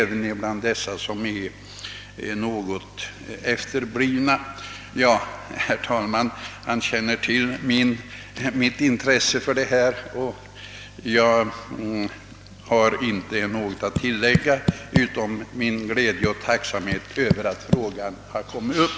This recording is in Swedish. Ja, herr talman, man känner till mitt intresse för dessa spörsmål och jag har inte något att tillägga utom min glädje och tacksamhet över att frågan har kommit upp.